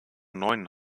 neuen